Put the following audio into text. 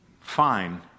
Fine